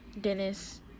Dennis